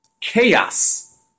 chaos